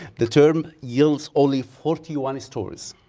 the term yields only forty one stories